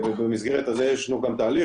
ובמסגרת הזו יש גם תהליך,